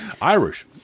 Irish